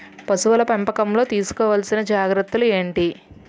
పశువుల పెంపకంలో తీసుకోవల్సిన జాగ్రత్త లు ఏంటి?